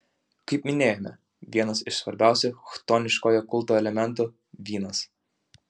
kaip minėjome vienas iš svarbiausių chtoniškojo kulto elementų vynas